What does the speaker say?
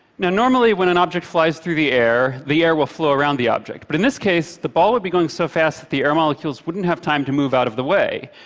normally, when an object flies through the air, the air will flow around the object, but in this case, the ball would be going so fast that the air molecules wouldn't have time to move out of the way.